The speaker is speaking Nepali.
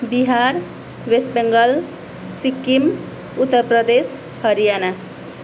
बिहार वेस्ट बेङ्गाल सिक्किम उत्तर प्रदेश हरियाणा